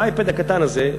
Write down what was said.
באייפד הקטן הזה,